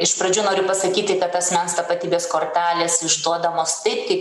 iš pradžių noriu pasakyti kad asmens tapatybės kortelės išduodamos taip kaip